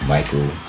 Michael